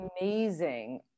amazing